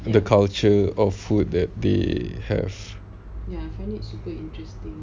the culture of food that they have